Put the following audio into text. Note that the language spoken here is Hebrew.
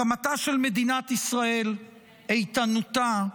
הקמתה של מדינת ישראל, איתנותה,